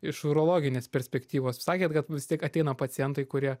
iš urologinės perspektyvos sakėt kad vis tiek ateina pacientai kurie